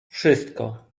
wszystko